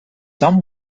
some